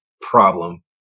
problem